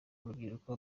urubyiruko